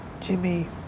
Jimmy